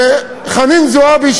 חנין זועבי,